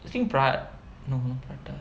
I think pra~ no not prata